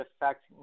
affect